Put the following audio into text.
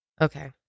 okay